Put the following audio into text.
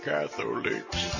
Catholics